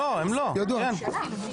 את הנייר האחרון.